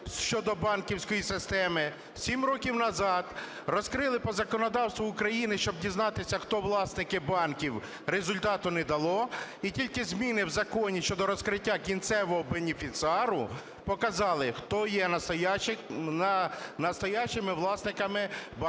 щодо банківської системи. Сім років назад розкрили по законодавству України, щоб дізнатися, хто власники банків, результату не дало. І тільки зміни в законі щодо розкриття кінцевого бенефіціару показали, хто є настоящими власниками банківських